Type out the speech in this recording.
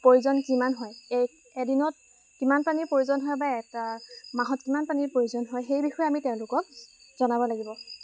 প্ৰয়োজন কিমান হয় এদিনত কিমান পানীৰ প্ৰয়োজন হয় বা এটা মাহত কিমান পানীৰ প্ৰয়োজন হয় সেই বিষয়ে আমি তেওঁলোকক জনাব লাগিব